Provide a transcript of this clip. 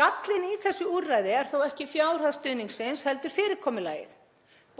Gallinn í þessu úrræði er þó ekki fjárhæð stuðningsins, heldur fyrirkomulagið.